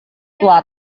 tua